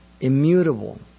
immutable